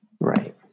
Right